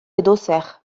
edozer